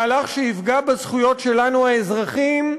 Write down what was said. מהלך שיפגע בזכויות שלנו, האזרחים,